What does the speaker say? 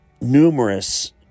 Numerous